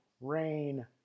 rain